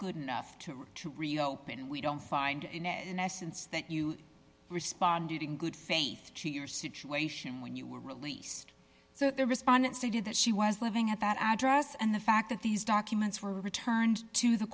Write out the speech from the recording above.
good enough to reopen and we don't find in essence that you responded in good faith to your situation when you were released so the respondent stated that she was living at that address and the fact that these documents were returned to the